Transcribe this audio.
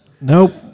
nope